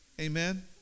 Amen